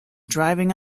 driving